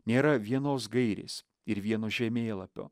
nėra vienos gairės ir vieno žemėlapio